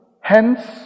hence